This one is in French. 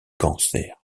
cancer